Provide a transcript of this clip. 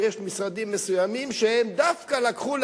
שיש משרדים מסוימים שדווקא לקחו על